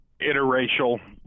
interracial